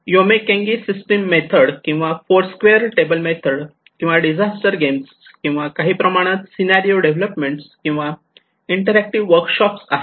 योंन्मेंकैगी system method किंवा four square table method किंवा disaster games किंवा काही प्रमाणात सीनारिओ डेव्हलपमेंट किंवा इंटरॅक्टिव्ह वर्कशॉप आहे